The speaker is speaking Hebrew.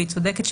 והיא צודקת,